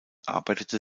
arbeitete